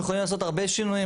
הם יכולים לעשות הרבה שינויים,